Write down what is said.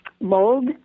mold